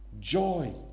joy